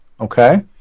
okay